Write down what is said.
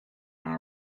non